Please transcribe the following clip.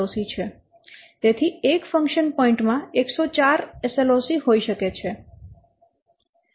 તેથી 1 function point માં 104 SLOC હોઈ શકે છે